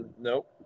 nope